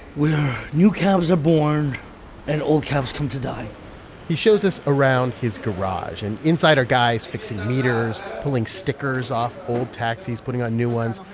where new cabs are born and old cabs come to die he shows us around his garage. and inside are guys fixing meters, pulling stickers off old taxis, putting on new ones,